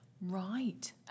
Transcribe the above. Right